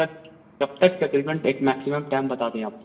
کب تک تقریباً ایک میکسیمم ٹائم بتا دیں آپ تو